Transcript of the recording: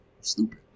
Stupid